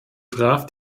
traf